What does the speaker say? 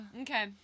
Okay